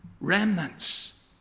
Remnants